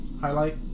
highlight